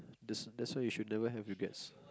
that's that's why you should never have regrets